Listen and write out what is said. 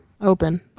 open